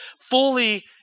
fully